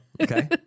okay